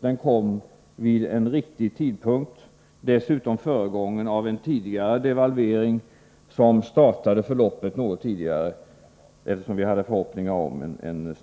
Devalveringen kom vid en riktig tidpunkt, dessutom föregången av en annan devalvering som startade förloppet något tidigare, eftersom vi hade förhoppningar om en